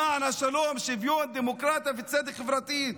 למען השלום, השוויון, הדמוקרטיה והצדק החברתי.